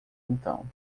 então